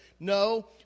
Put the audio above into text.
No